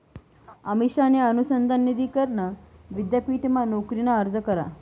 अमिषाने अनुसंधान निधी करण विद्यापीठमा नोकरीना अर्ज करा